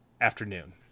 afternoon